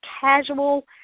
casual